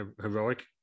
heroic